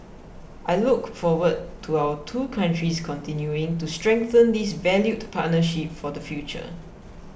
I look forward to our two countries continuing to strengthen this valued partnership for the future